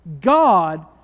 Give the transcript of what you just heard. God